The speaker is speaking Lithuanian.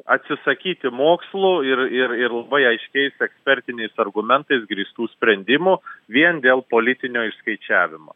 atsisakyti mokslų ir ir ir labai aiškiais ekspertiniais argumentais grįstų sprendimų vien dėl politinio išskaičiavimo